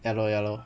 ya loh ya loh